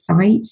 site